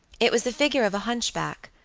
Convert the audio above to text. it was the figure of a hunchback,